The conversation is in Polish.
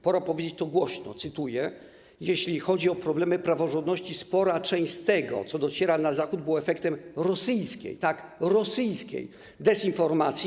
Pora powiedzieć to głośno - cytuję - jeśli chodzi o problemy praworządności, spora część z tego, co dociera na Zachód, była efektem rosyjskiej - tak, rosyjskiej - dezinformacji.